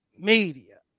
media